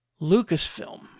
Lucasfilm